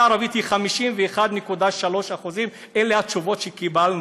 הערבית היא 51.3%. אלה התשובות שקיבלנו.